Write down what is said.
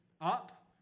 up